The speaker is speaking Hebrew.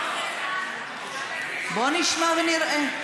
בואו נשמע ונראה.